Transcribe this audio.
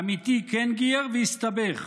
עמיתי כן גייר, והסתבך,